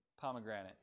Pomegranate